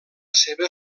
seva